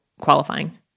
qualifying